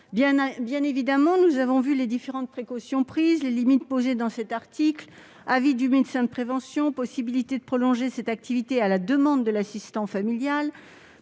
Bien évidemment, nous avons pris connaissance des précautions prises et des limites posées dans cet article : avis du médecin de prévention ; possibilité de prolonger cette activité à la demande de l'assistant familial